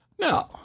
No